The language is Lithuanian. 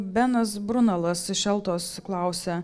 benas brunalas iš eltos klausia